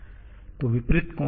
तो विपरीत कोने V और S या S हैं